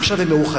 עכשיו הם מאוחדים.